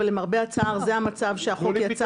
אבל למרבה הצער זה המצב שהחוק יצר.